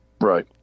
Right